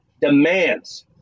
demands –